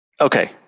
Okay